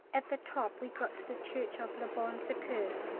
at the top we got to the church of le bon secours,